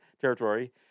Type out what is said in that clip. Territory